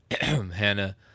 Hannah